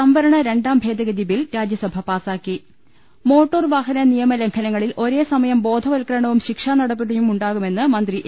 സംവരണ രണ്ടാം ഭേദഗതിബിൽ രാജ്യസഭ പാസാക്കി മോട്ടോർവാഹന നിയമലംഘനങ്ങളിൽ ഒരേസമയം ബോധവത്ക്കരണവും ശിക്ഷാനടപടിയും ഉണ്ടാകുമെന്ന് മന്ത്രി എ